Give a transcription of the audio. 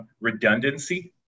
redundancy